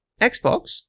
Xbox